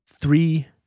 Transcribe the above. Three